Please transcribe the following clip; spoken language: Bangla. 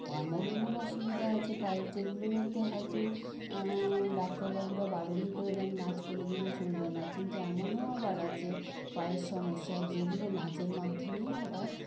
এমন এমন অসুবিধা আছে পায়ের যেগুলোতে হয়তো ডাক্তারবাবুরা বারণই করে দেন নাচ কোনোদিনও চলবে না কিন্তু এমনও আবার আছে পায়ের সমস্যা যেগুলো নাচের মাধ্যমেই আবার